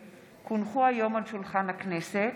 על שולחן הכנסת,